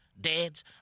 dads